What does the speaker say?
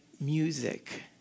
music